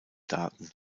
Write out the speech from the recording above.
daten